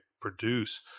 produce